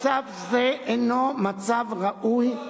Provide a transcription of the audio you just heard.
מצב זה אינו מצב ראוי,